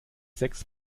sechs